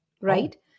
right